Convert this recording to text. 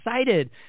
excited